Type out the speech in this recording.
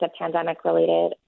pandemic-related